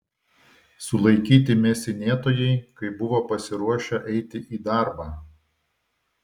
sulaikyti mėsinėtojai kai buvo pasiruošę eiti į darbą